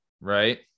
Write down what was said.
right